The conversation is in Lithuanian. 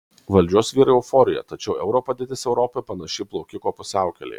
valdžios vyrai euforijoje tačiau euro padėtis europoje panaši į plaukiko pusiaukelėje